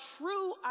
true